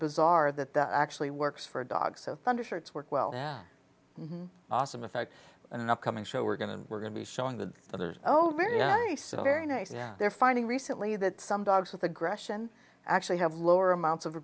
bizarre that that actually works for a dog so thunder shirts work well awesome effect in an upcoming show we're going to we're going to be showing the others oh very nice very nice yeah they're finding recently that some dogs with aggression actually have lower amounts of